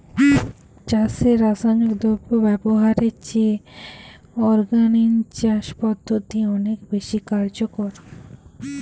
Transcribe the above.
চাষে রাসায়নিক দ্রব্য ব্যবহারের চেয়ে অর্গানিক চাষ পদ্ধতি অনেক বেশি কার্যকর